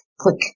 click